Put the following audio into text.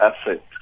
asset